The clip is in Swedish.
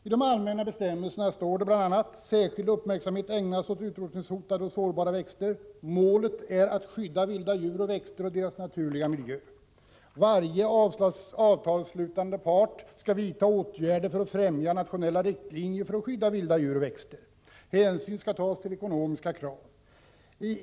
I de allmänna bestämmelserna står det bl.a. att särskild uppmärksamhet skall ägnas åt utrotningshotade och sårbara växter. Målet är att skydda vilda djur och växter och deras naturliga miljö. Varje avtalsslutande part skall vidta åtgärder för att främja nationella riktlinjer för att skydda vilda djur och växter. Hänsyn skall tas till ekonomiska krav.